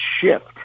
shift